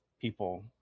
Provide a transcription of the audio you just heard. people